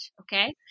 Okay